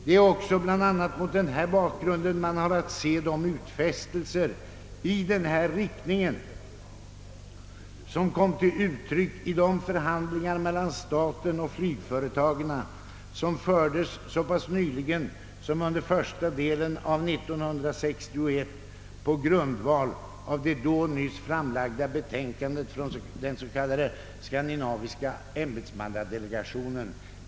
Det är bland annat också mot denna bakgrund som man har att se de utfästelser i denna riktning, som kom till uttryck i de förhandlingar mellan staten och flygföretagen, som fördes så pass nyligen som under första delen av 1961 på grundval av det då nyss framlagda betänkandet från den s.k. skandinaviska ämbetsmanmadelegationen.